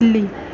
بلی